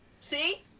see